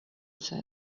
said